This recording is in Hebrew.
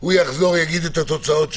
הוא יחזור ויגיד את התוצאות שלו.